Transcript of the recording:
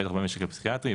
בטח במשק הפסיכיאטרי,